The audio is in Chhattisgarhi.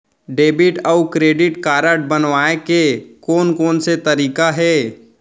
डेबिट अऊ क्रेडिट कारड बनवाए के कोन कोन से तरीका हे?